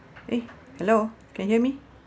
eh hello can hear me